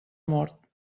mort